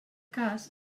cas